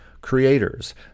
creators